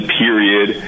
period